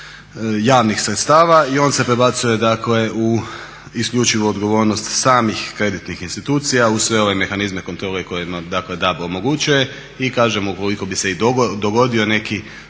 javnih sredstava i on se prebacuje dakle u isključivo odgovornost samih kreditnih institucija uz sve ove mehanizme kontrole koje DAB omogućuje i ukoliko bi se i dogodio neki